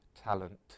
talent